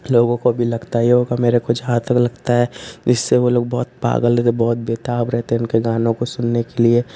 लोगो को भी लगता ही होगा मेरे को जहाँ तक लगता है इससे वो लोग बहुत पागल रहते हैं बहुत बेताब रहते हैं उनके गानों को सुनने के लिए